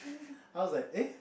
I was like eh